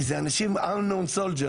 כי זה unknown soldier,